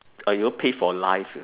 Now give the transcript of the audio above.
or you all pay for life you